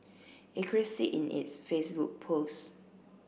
Acres said in its Facebook post